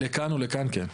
לכאן או לכאן, כן.